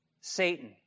Satan